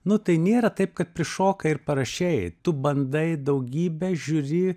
nu tai nėra taip kad prišokai ir parašei tu bandai daugybę žiūri